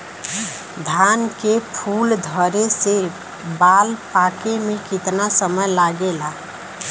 धान के फूल धरे से बाल पाके में कितना समय लागेला?